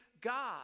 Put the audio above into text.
God